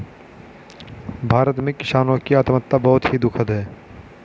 भारत में किसानों की आत्महत्या बहुत ही दुखद है